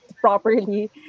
properly